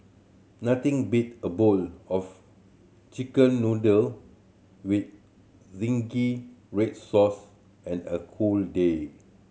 nothing beat a bowl of Chicken Noodle with zingy red sauce and a cold day